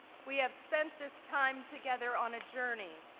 we have spent this time together on a journey,